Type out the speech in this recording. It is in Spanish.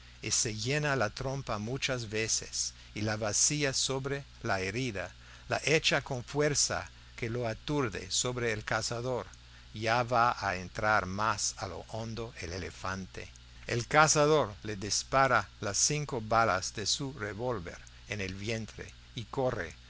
se llena la trompa muchas veces y la vacía sobre la herida la echa con fuerza que lo aturde sobre el cazador ya va a entrar más a lo hondo el elefante el cazador le dispara las cinco balas de su revólver en el vientre y corre